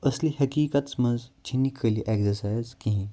اَصلی حٔقیٖقَتَس منٛز چھُنہٕ یہِ خٲلی ایٚکزَرسایِز کِہیٖنۍ